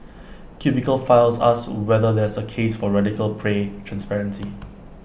cubicle files asks whether there's A case for radical pay transparency